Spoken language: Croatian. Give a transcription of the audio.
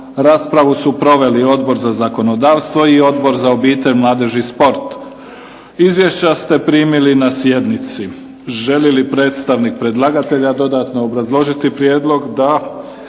Raspravu su proveli Odbor za zakonodavstvo i Odbor za obitelj, mladež i sport. Izvješća ste primili na sjednici. Želi li predstavnik predlagatelja dodatno obrazložiti prijedlog? Da.